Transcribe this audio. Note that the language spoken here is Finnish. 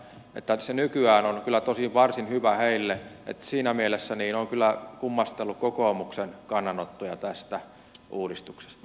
nykyään se on kyllä varsin hyvä heille niin että siinä mielessä olen kyllä kummastellut kokoomuksen kannanottoja tästä uudistuksesta